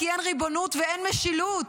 כי אין ריבונות ואין משילות,